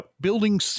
building